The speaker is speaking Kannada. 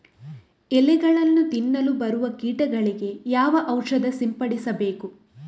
ಎಲೆಗಳನ್ನು ತಿನ್ನಲು ಬರುವ ಕೀಟಗಳಿಗೆ ಯಾವ ಔಷಧ ಸಿಂಪಡಿಸಬೇಕು?